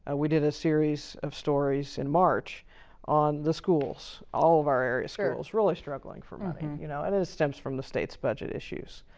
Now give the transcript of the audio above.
and we did a series of stories in march on the schools, all of our area schools really struggling for money. you know, and this stems from the state's budget issues.